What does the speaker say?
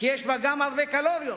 כי יש בה גם הרבה קלוריות,